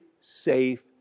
Safe